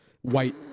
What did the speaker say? white